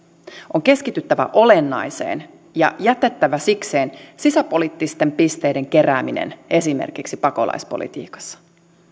on keskityttävä olennaiseen ja jätettävä sikseen sisäpoliittisten pisteiden kerääminen esimerkiksi pakolaispolitiikassa